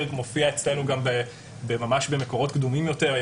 מופיע אצלנו גם ממש במקורות קדומים יותר.